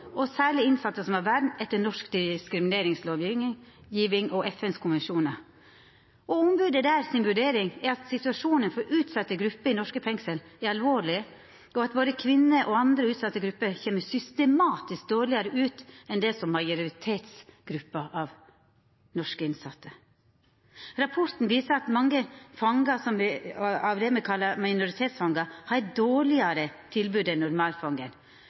og særleg innsette som har vern etter norsk diskrimineringslovgjeving og FNs konvensjonar. Vurderinga til ombodet er at situasjonen for utsette grupper i norske fengsel er alvorleg, og at kvinner og andre utsette grupper systematisk kjem dårlegare ut enn majoritetsgrupper av norske innsette. Rapporten viser at mange av dei me kallar minoritetsfangar, har eit dårlegare tilbod